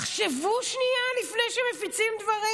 תחשבו שנייה לפני שמפיצים דברים.